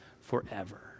forever